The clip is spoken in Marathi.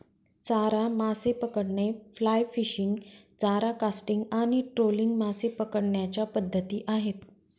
चारा मासे पकडणे, फ्लाय फिशिंग, चारा कास्टिंग आणि ट्रोलिंग मासे पकडण्याच्या पद्धती आहेत